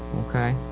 okay.